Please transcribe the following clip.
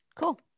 Cool